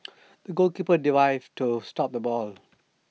the goalkeeper dived to stop the ball